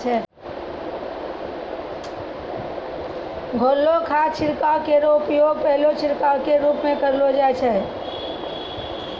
घोललो खाद छिड़काव केरो उपयोग पहलो छिड़काव क रूप म करलो जाय छै